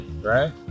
right